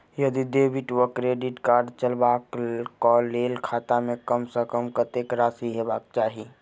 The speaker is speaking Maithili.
यदि डेबिट वा क्रेडिट कार्ड चलबाक कऽ लेल खाता मे कम सऽ कम कत्तेक राशि हेबाक चाहि?